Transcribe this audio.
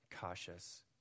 cautious